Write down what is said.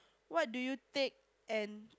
what do you take and